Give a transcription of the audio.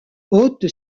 haute